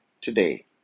today